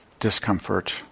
discomfort